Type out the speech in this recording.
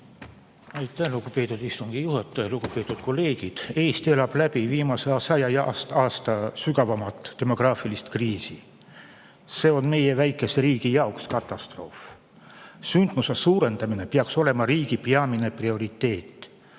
Aitäh, lugupeetud istungi juhataja! Lugupeetud kolleegid! Eesti elab läbi viimase saja aasta sügavaimat demograafilist kriisi. See on meie väikese riigi jaoks katastroof. Sündimuse suurendamine peaks olema riigi peamine prioriteet.